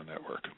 Network